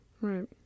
Right